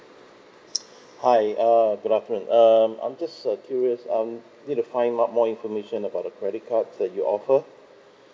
hi err good afternoon um I'm just err curious I'm need to find out mo~ more information about the credit cards that you offer